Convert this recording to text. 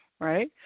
right